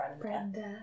Brenda